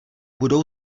budou